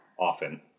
Often